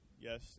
Yes